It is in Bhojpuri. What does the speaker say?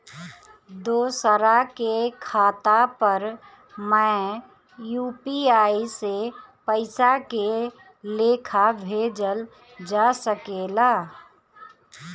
दोसरा के खाता पर में यू.पी.आई से पइसा के लेखाँ भेजल जा सके ला?